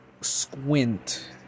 Squint